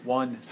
one